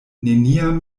neniam